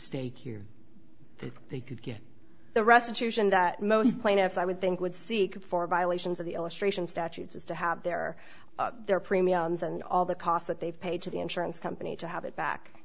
that they could get the restitution that most plaintiffs i would think would seek for violations of the illustration statutes is to have their their premiums and all the costs that they've paid to the insurance company to have it back